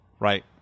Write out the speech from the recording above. Right